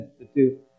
institute